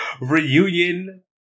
reunion